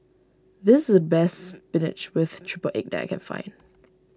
this is the best Spinach with Triple Egg that I can find